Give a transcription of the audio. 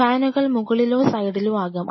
ഫാനുകൾ മുകളിലോ സൈഡിലോ ആകാം